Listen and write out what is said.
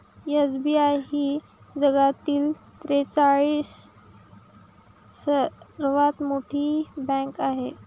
SBI ही जगातील त्रेचाळीस सर्वात मोठी बँक आहे